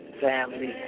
family